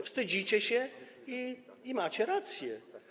Wstydzicie się i macie rację.